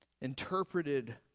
interpreted